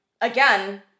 again